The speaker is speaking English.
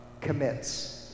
commits